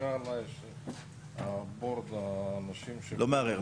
חזקה עליי שהבורד, האנשים, ש --- לא מערער.